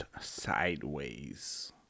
sideways